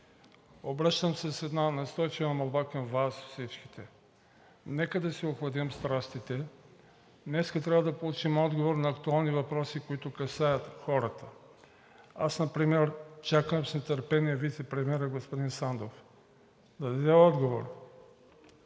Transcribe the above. Обръщам се с една настойчива молба към всички Вас: нека да си охладим страстите – днес трябва да получим отговор на актуални въпроси, които касаят хората. Аз например чакам с нетърпение вицепремиера господин Сандов да даде отговор...